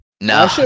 No